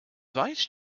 vice